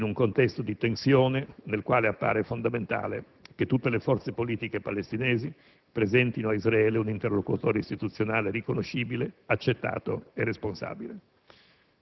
in un contesto di tensione, nel quale appare fondamentale che tutte le forze politiche palestinesi presentino a Israele un interlocutore istituzionale riconoscibile, accettato e responsabile.